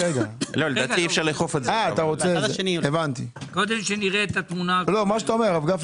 קודם שנראה את התמונה הכוללת.